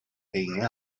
hanging